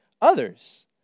others